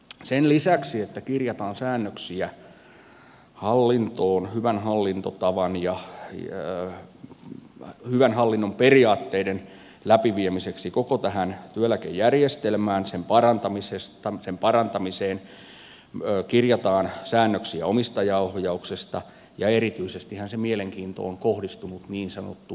sen lisäksi että kirjataan säännöksiä hallintoon hyvän hallinnon periaatteiden läpiviemiseksi koko tähän työeläkejärjestelmään sen parantamiseksi kirjataan säännöksiä omistajaohjauksesta ja erityisestihän se mielenkiinto on kohdistunut niin sanottu